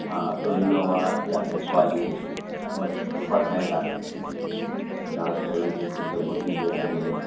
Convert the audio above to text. ہاں تو انووا یا پھر کوالس جو ہے بہت کمفرٹ نئے گاڑی سیون سیٹر کی ہوتی جو ہے نئے